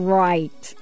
right